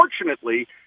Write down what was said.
Unfortunately